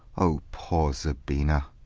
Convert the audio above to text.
o poor zabina!